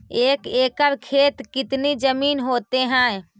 एक एकड़ खेत कितनी जमीन होते हैं?